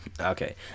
okay